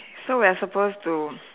so we're supposed to